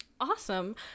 Awesome